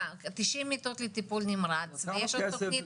תשעים מיטות לטיפול נמרץ ויש עוד תוכנית,